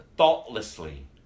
Thoughtlessly